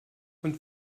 und